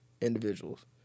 individuals